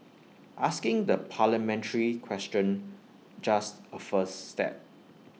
asking the parliamentary question just A first step